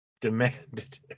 demanded